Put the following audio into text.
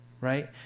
right